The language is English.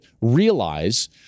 realize